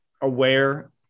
aware